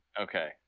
Okay